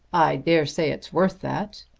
i dare say it's worth that.